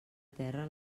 terra